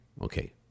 Okay